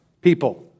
people